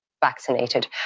vaccinated